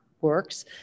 works